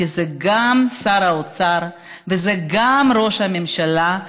כי זה גם שר האוצר וזה גם ראש הממשלה,